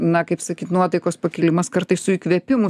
na kaip sakyt nuotaikos pakilimas kartais su įkvėpimu